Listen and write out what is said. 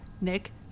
Nick